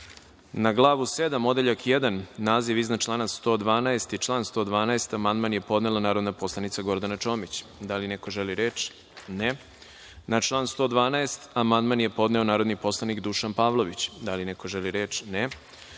Glavu VII Odeljak 1, naziv iznad člana 112. i član 112. amandman je podnela narodna poslanica Gordana Čomić. Da li neko želi reč? (Ne)Na član 112. amandman je podneo narodni poslanik Dušan Pavlović. Da li neko želi reč?